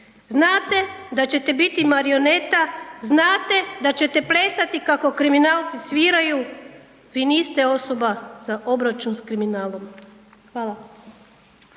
Znate da ćete biti marioneta, znate da ćete plesati kako kriminalci sviraju, vi niste osoba za obračun sa kriminalom. Hvala.